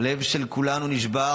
הלב של כולנו נשבר,